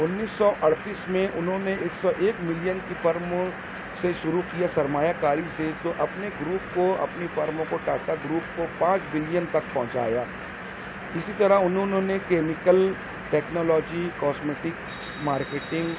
انیس سو اڑتیس میں انہوں نے ایک سو ایک ملین کی فرم سے شروع کیا سرمایا کاری سے تو اپنے گروپ کو اپنے فرم کو ٹاٹا گروپ کو پانچ بلین تک پہنچایا اسی طرح انہوں نے کیمکل ٹیکنالوجی کاسمیٹکس مارکٹنگ